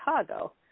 Chicago